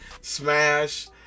Smash